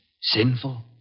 Sinful